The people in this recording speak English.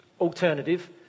alternative